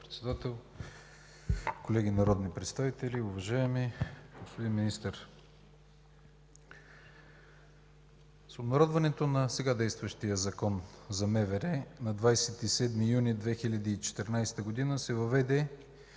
Председател, колеги народни представители, уважаеми господин Министър! С обнародването на сега действащия Закон за МВР на 27 юни 2014 г. се въведе